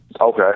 Okay